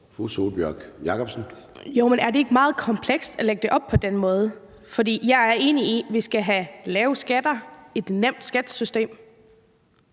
Sólbjørg Jakobsen (LA): Jo, men er det ikke meget komplekst at lægge det op på den måde? For jeg er enig i, at vi skal have lave skatter, et nemt skattesystem